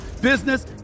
business